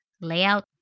layout